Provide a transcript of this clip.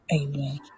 Amen